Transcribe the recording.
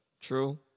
True